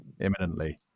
imminently